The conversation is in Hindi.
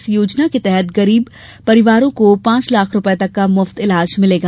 इस योजना के तहत गरीब परिवारों को पांच लाख रुपये तक का मुफ्त इलाज मिलेगा